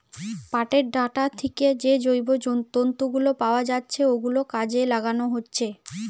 পাটের ডাঁটা থিকে যে জৈব তন্তু গুলো পাওয়া যাচ্ছে ওগুলো কাজে লাগানো হচ্ছে